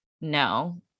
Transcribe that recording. no